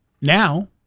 now